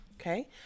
Okay